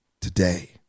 Today